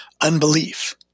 unbelief